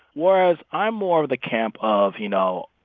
whereas i'm more of the camp of, you know,